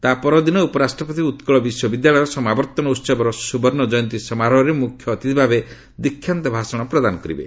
ତା' ପରଦିନ ଉପରାଷ୍ଟ୍ରପତି ଉତ୍କଳ ବିଶ୍ୱବିଦ୍ୟାଳୟର ସମାବର୍ତ୍ତନ ଉହବର ସୁବର୍ଷ୍ଣ ଜୟନ୍ତୀ ସମାରୋହରେ ମୁଖ୍ୟ ଅତିଥି ଭାବେ ଦୀକ୍ଷାନ୍ତ ଭାଷଣ ପ୍ରଦାନ କରିବେ